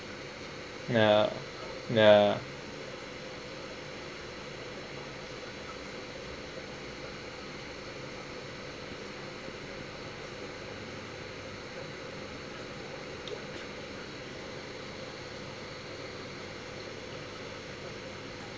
ya ya